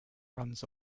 runs